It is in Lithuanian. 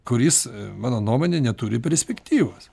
kuris mano nuomone neturi perspektyvos